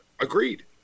agreed